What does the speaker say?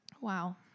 Wow